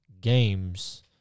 games